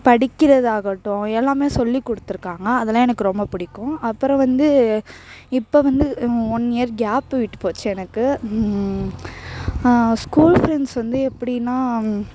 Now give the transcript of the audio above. படிக்கிறதாகட்டும் எல்லாம் சொல்லி கொடுத்துருக்காங்க அதெல்லாம் எனக்கு ரொம்ப பிடிக்கும் அப்புறம் வந்து இப்போ வந்து ஒன் இயர் கேப்பு விட்டு போச்சு எனக்கு ஸ்கூல் ஃப்ரெண்ட்ஸ் வந்து எப்படினா